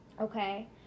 okay